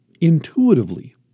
Intuitively